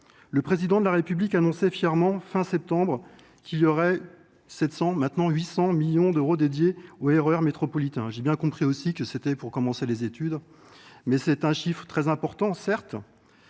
le président de la république annonçait fièrement fin septembre qu'il y aurait sept cent maintenant huit cents millions d'euros dédiés au erreur métropolitain j'ai bien compris aussi que c'était pour commencer les études mais c'est un chiffre très important certes